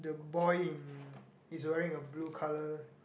the boy in is wearing a blue colour